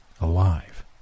alive